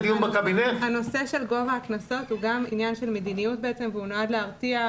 נושא גובה הקנסות הוא גם עניין של מדיניות והוא נועד להרתיע,